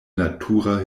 natura